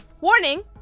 Warning